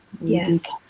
yes